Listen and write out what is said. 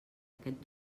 aquest